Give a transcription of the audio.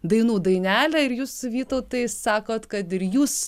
dainų dainelę ir jūs vytautai sakot kad ir jūs